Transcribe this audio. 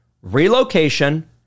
relocation